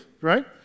right